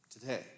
today